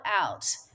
out